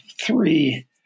three